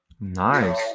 Nice